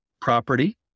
property